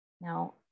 Now